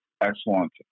excellent